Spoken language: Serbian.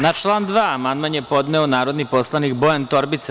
Na član 2. amandman je podneo narodni poslanik Bojan Torbica.